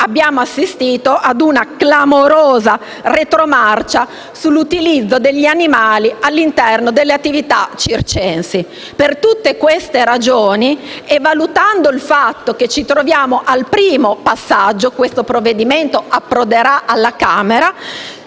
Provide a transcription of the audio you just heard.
abbiamo assistito a una clamorosa retromarcia sull'utilizzo degli animali all'interno delle attività circensi. Per tutte queste ragioni, valutando il fatto che ci troviamo al primo passaggio parlamentare e che questo provvedimento approderà alla Camera,